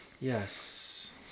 Yes